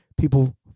people